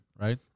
right